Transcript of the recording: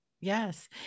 Yes